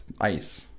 ice